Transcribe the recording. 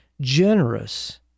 generous